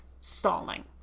Stalling